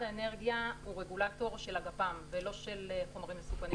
האנרגיה הוא רגולטור של הגפ"מ ולא של חומרים מסוכנים אחרים.